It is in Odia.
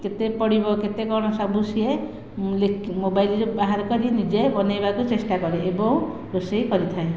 କେତେ ପଡ଼ିବ କେତେ କ'ଣ ସବୁ ସିଏ ମୋବାଇଲରେ ବାହାର କରି ନିଜେ ବନାଇବାକୁ ଚେଷ୍ଟା କରେ ଏବଂ ରୋଷେଇ କରିଥାଏ